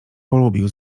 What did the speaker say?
polubił